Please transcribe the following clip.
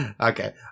okay